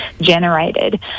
generated